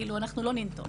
כאילו, אנחנו לא ננטוש.